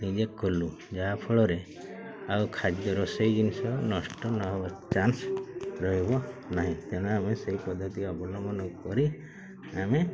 ନିଜେ କଲୁ ଯାହାଫଳରେ ଆଉ ଖାଦ୍ୟ ରୋଷେଇ ଜିନିଷ ନଷ୍ଟ ନହେବା ଚାନ୍ସ ରହିବ ନାହିଁ ତେଣୁ ଆମେ ସେଇ ପଦ୍ଧତି ଅବଲମ୍ବନ କରି ଆମେ